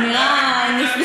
הוא נראה מצוין.